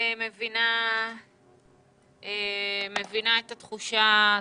מבינה את התחושה שלכם,